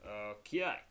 okay